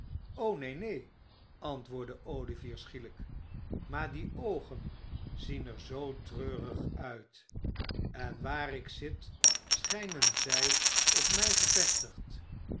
neen neen antwoordde olivier schielijk i maar die oogen zien er zoo treurig uit en waar j ik zit schijnen zij op mij gevestigd